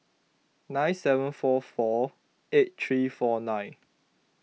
nine seven four four eight three four nine